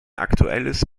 aktuelles